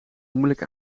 moeilijk